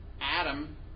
Adam